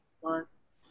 plus